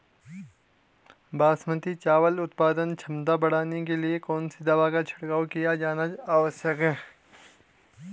बासमती चावल की उत्पादन क्षमता बढ़ाने के लिए कौन सी दवा का छिड़काव किया जाना आवश्यक है?